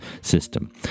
system